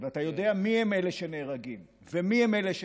ואתה יודע מיהם אלה שנהרגים ומיהם אלה שנפצעים.